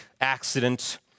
accident